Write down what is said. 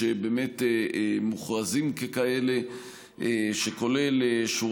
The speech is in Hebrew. שגם נותן סכומים משמעותיים וגם נותן למועצות